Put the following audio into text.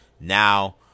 now